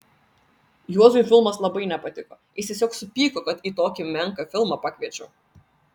juozui filmas labai nepatiko jis tiesiog supyko kad į tokį menką filmą pakviečiau